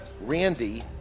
Randy